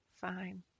fine